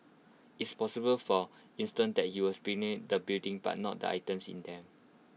it's possible for instance that he was the building but not the items in them